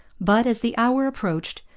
but, as the hour approached,